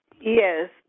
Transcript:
Yes